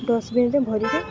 ଡଷ୍ଟବିନ୍ରେ ଭରିିକି